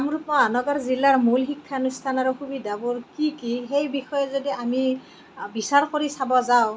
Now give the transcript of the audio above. কামৰূপ নগৰ জিলাৰ মূল শিক্ষানুষ্ঠানৰ সুবিধাবোৰ কি কি সেই বিষয়ে যদি আমি বিচাৰ কৰি চাব যাওঁ